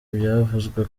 byavuzwe